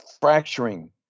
fracturing